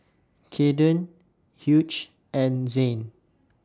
Caden Hughes and Zain